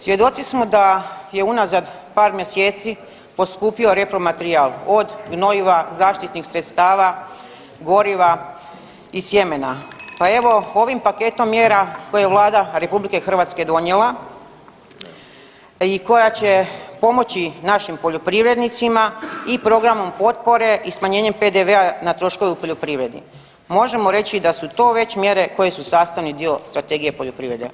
Svjedoci smo da je unazad par mjeseci poskupio repromaterijal, od gnojiva, zaštitnih sredstava, goriva i sjemena, pa evo ovim paketom mjera koje je Vlada RH donijela i koja će pomoći našim poljoprivrednicima i programom potpore i smanjenjem PDV-a na troškove u poljoprivredi, možemo reći da su to već mjere koje su sastavni dio Strategije poljoprivrede.